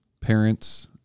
parents